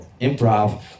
improv